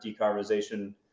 decarbonization